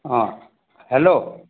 অঁ হেল্ল'